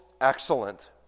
Excellent